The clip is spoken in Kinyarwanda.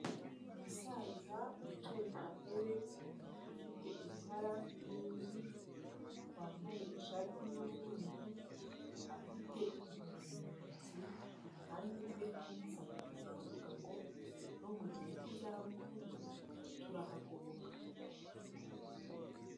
Umusaza wicaye ku ntebe ufite uruhara n'imvi wambaye, ishati y’umweru afite inkoni mu ntoki, iruhande rwe handitse amagambo avuga ngo no mu gihe cy'izabukuru turahagoboka.